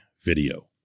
video